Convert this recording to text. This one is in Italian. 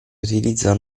utilizza